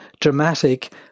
dramatic